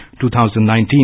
2019